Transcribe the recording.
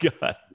God